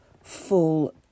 full